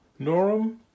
Norum